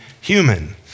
human